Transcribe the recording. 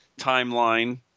Timeline